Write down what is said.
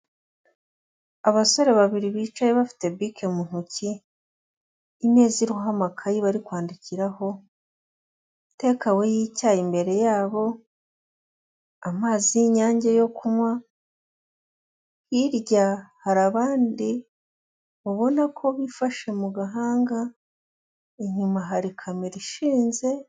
Abasore babiri bicaye bafite bike mu ntoki, imeza iriho amakayi barikwandikiraho, tekawe y'icyayi imbere yabo, amazi y'Inyange yo kunywa, hirya hari abandi ubona ko bifashe mu gahanga inyuma hari kamera ishinze.